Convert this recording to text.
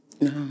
No